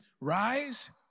Rise